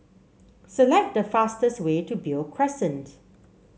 select the fastest way to Beo Crescent